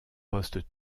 postes